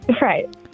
Right